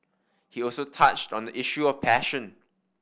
he also touched on the issue of passion